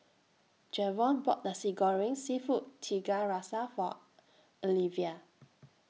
Jevon bought Nasi Goreng Seafood Tiga Rasa For Alivia